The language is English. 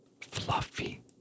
fluffy